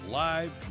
live